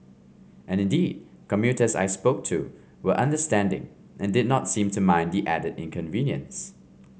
and indeed commuters I spoke to were understanding and did not seems to mind the added inconvenience